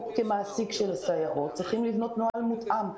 כמעסיקים של הסייעות אנחנו צריכים לבנות נוהל מותאם.